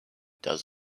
does